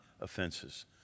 offenses